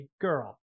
girl